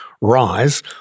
rise